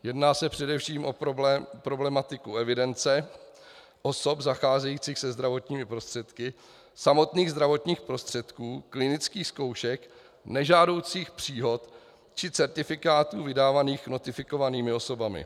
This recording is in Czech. Jedná se především o problematiku evidence osob zacházejících se zdravotními prostředky, samotných zdravotních prostředků, klinických zkoušek, nežádoucích příhod či certifikátů vydávaných notifikovanými osobami.